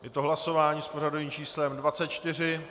Je to hlasování s pořadovým číslem 24.